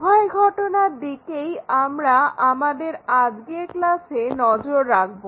উভয় ঘটনার দিকেই আমরা আমাদের আজকের ক্লাসে নজর রাখব